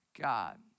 God